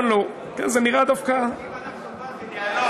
אם אנחנו כבר בדיאלוג,